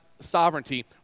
sovereignty